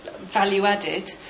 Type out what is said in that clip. value-added